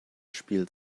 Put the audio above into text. spiel